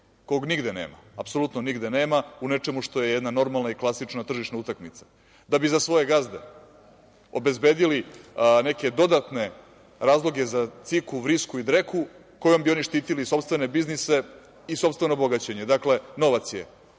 kog nigde nema, apsolutno nigde nema u nečemu što je jedna normalna i klasična tržišna utakmica da bi za svoje gazde obezbedili neke dodatne razloge za ciku, vrisku i dreku kojom bi oni štitili sopstvene biznise i sopstveno bogaćenje, dakle, novac je